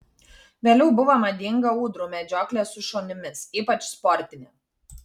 vėliau buvo madinga ūdrų medžioklė su šunimis ypač sportinė